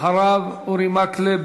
אחריו אורי מקלב.